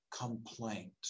complaint